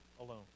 alone